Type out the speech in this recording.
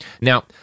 Now